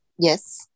yes